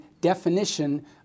definition